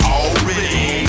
Already